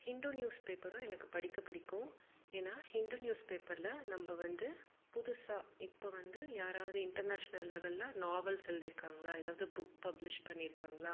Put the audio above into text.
Hindu news பேப்பரும் எனக்கு படிக்க பிடிக்கும் ஏன்னா ஹிண்டு நியூஸ் பேப்பரில் நம்ம வந்து புதுசாக இப்போ வந்து யாராவது இன்டர்நேஷ்னல் லெவலில் நாவல்ஸ் எழுதிருக்காங்களா எதாவது புக் பப்ளிஷ் பண்ணிருக்காங்களா